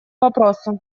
вопросу